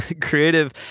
Creative